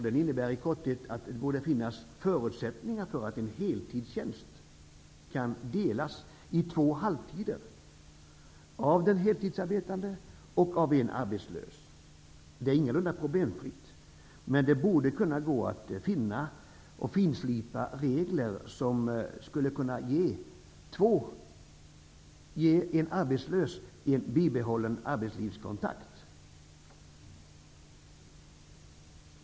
Den innebär i korthet att det borde finnas förutsättningar för att en heltidstjänst delas i två halvtider, som innehas av en heltidsarbetande och en arbetslös. Det är ingalunda problemfritt, men det borde gå att finna och finslipa regler som skulle kunna ge en arbetslös bibehållen arbetslivskontakt.